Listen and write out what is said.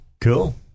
cool